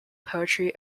poetry